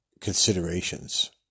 considerations